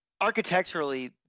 Architecturally